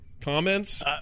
comments